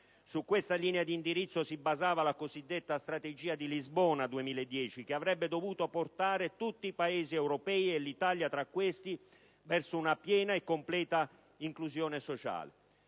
Su questa linea di indirizzo si basava la cosiddetta strategia di Lisbona 2010, che avrebbe dovuto portare tutti i Paesi europei, e l'Italia tra questi, verso una piena e completa inclusione sociale.